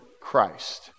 Christ